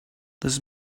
this